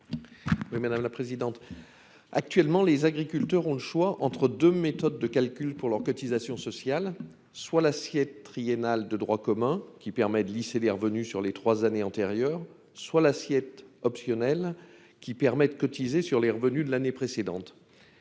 Fialaire. Actuellement, les agriculteurs ont le choix entre deux méthodes de calcul pour leurs cotisations sociales : l'assiette triennale de droit commun, qui permet de lisser les revenus sur les trois années antérieures, ou l'assiette optionnelle, qui permet de cotiser sur les revenus de l'année précédente.